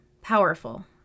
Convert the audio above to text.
powerful